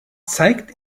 zeigt